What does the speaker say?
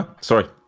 Sorry